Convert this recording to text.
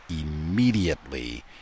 Immediately